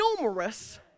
numerous